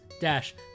dash